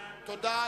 תודה.